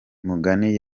mugani